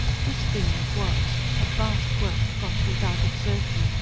this dream it was, of vast wealth got without exertion,